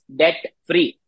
debt-free